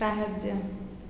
ସାହାଯ୍ୟ